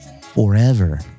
forever